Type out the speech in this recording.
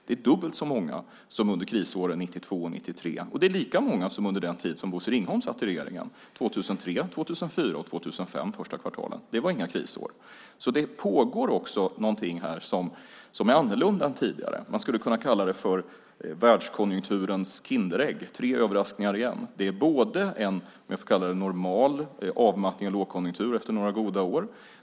Det är dubbelt så många som under krisåren 1992-1993, och det är lika många som första kvartalen under den tid som Bosse Ringholm satt i regeringen 2003, 2004 och 2005. Det var inga krisår. Det pågår alltså någonting här som är annorlunda än tidigare. Man skulle kunna kalla det för världskonjunkturens Kinderägg, tre överraskningar i en. Det är för det första en, om jag får kalla det så, normal avmattning och lågkonjunktur efter några goda år.